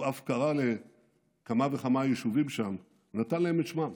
הוא אף קרא לכמה וכמה יישובים שם, נתן להם את שמם,